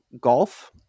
Golf